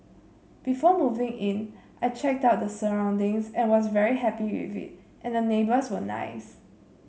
before moving in I checked out the surroundings and was very happy with it and the neighbours were nice